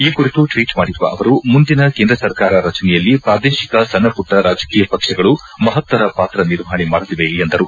ಈ ಕುರಿತು ಟ್ವೀಟ್ ಮಾಡಿರುವ ಅವರು ಮುಂದಿನ ಕೇಂದ್ರ ಸರ್ಕಾರ ರಚನೆಯಲ್ಲಿ ಪ್ರಾದೇಶಿಕ ಸಣ್ಣಪುಟ್ನ ರಾಜಕೀಯ ಪಕ್ಷಗಳು ಮಹತ್ತರ ಪಾತ್ರ ನಿರ್ವಹಣೆ ಮಾಡಲಿವೆ ಎಂದರು